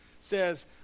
says